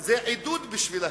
זה עידוד בשבילם,